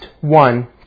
one